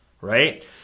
right